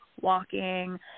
walking